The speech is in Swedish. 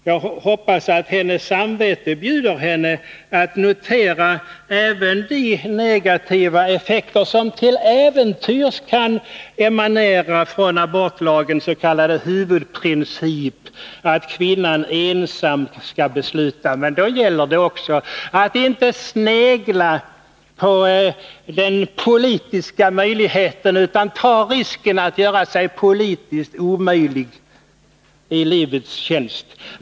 Jag hoppas att hennes samvete bjuder henne att notera även de negativa effekter som till äventyrs kan emanera från abortlagens s.k. huvudprincip, att kvinnan ensam skall besluta. Men då gäller det också att man inte sneglar på den politiska fördelen, utan tar risken att i livets tjänst göra sig politiskt omöjlig.